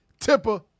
Tipper